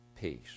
peace